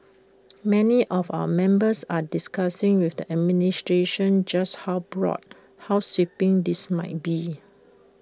many of our members are discussing with the administration just how broad how sweeping this might be